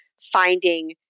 finding